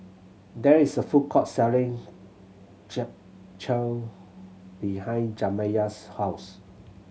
there is a food court selling Japchae behind Jamiya's house